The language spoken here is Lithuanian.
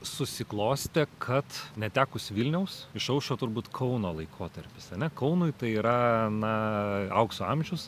susiklostė kad netekus vilniaus išaušo turbūt kauno laikotarpis ane kaunui tai yra na aukso amžius